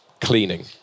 cleaning